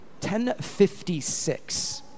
1056